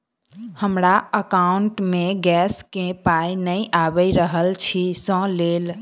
हमरा एकाउंट मे गैस केँ पाई नै आबि रहल छी सँ लेल?